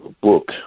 book